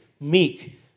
meek